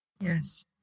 Yes